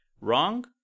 wrong